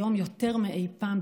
היום יותר מאי-פעם,